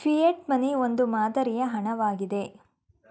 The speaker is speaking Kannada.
ಫಿಯೆಟ್ ಮನಿ ಒಂದು ಮಾದರಿಯ ಹಣ ವಾಗಿದೆ